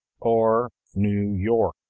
or new york?